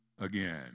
again